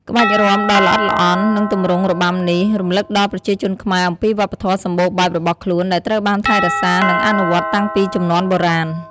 ក្បាច់រាំដ៏ល្អិតល្អន់ និងទម្រង់របាំនេះ រំលឹកដល់ប្រជាជនខ្មែរអំពីវប្បធម៌សម្បូរបែបរបស់ខ្លួន ដែលត្រូវបានថែរក្សា និងអនុវត្តតាំងពីជំនាន់បុរាណ។